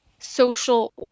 Social